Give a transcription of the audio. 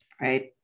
right